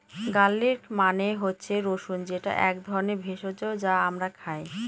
garlic মানে হচ্ছে রসুন যেটা এক ধরনের ভেষজ যা আমরা খাই